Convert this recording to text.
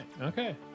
okay